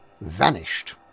vanished